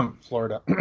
Florida